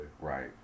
Right